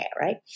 right